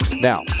Now